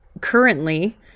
currently